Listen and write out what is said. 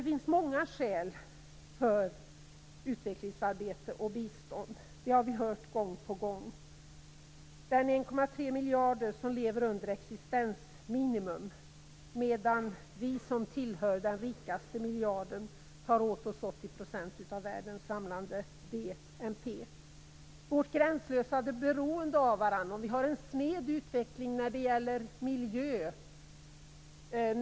Det finns många skäl för utvecklingsarbete och bistånd. Det har vi hört gång på gång. Det är 1,3 miljarder människor som lever under existensminimum, medan vi som tillhör den rikaste miljarden tar åt oss 80 % av världens samlade BNP. Utvecklingen är sned när det gäller miljö.